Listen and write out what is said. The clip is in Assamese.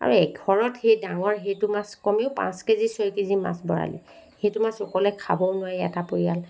আৰু এঘৰত সেই ডাঙৰ সেইটো মাছ কমেও পাঁচ কেজি ছয় কেজি মাছ বৰালি সেইটো মাছ অকলে খাবও নোৱাৰি এটা পৰিয়ালে